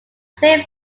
same